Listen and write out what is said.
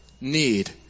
need